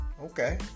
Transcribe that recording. Okay